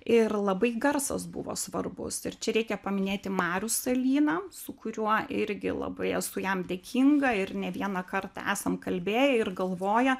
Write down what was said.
ir labai garsas buvo svarbus ir čia reikia paminėti marių salyną su kuriuo irgi labai esu jam dėkinga ir ne vieną kartą esam kalbėję ir galvoję